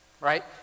Right